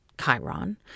Chiron